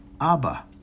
Abba